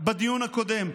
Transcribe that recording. בדיון הקודם.